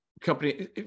company